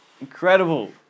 incredible